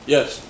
Yes